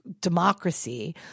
democracy